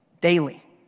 daily